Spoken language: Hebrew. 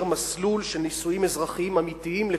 מסלול של נישואים אזרחיים אמיתיים לכולם.